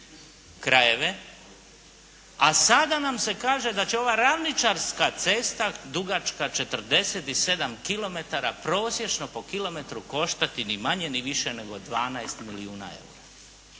krajeve, a sada nam se kaže da će ova ravničarska cesta, dugačka 47 kilometara prosječno po kilometru koštati ni manje, ni više 12 milijuna eura.